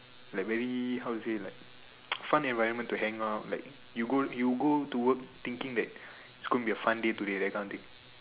like very how you say like fun environment to hang out like you go you go to work thinking that it's gonna be a fun day today that kind of thing